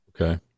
Okay